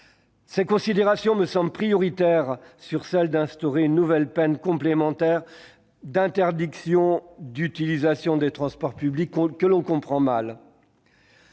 Ces considérations me semblent prioritaires par rapport à la nécessité d'instaurer une nouvelle peine complémentaire d'interdiction d'utiliser les transports publics, que l'on comprend mal.